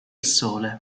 sole